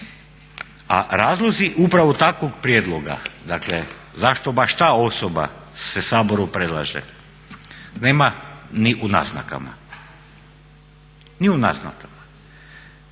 A razlozi upravo takvog prijedloga, dakle zašto baš ta osoba se Saboru predlaže nema ni u naznakama, ni u naznakama.